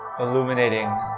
Illuminating